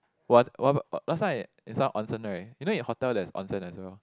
what what last time I in some onsen right you know in hotel there's onsen as well